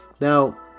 now